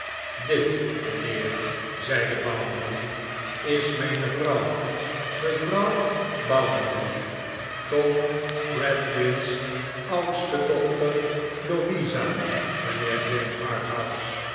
dit mijnheer zeide bounderby is mijne vrouw mevrouw bounderby tom gradgrind's oudste dochter louisa mijnheer james